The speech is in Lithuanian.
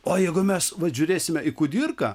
o jeigu mes vat žiūrėsime į kudirką